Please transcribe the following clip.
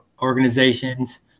organizations